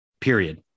Period